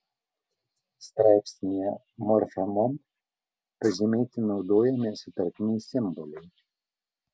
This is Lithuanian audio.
straipsnyje morfemom pažymėti naudojami sutartiniai simboliai